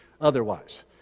otherwise